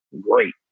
great